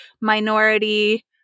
minority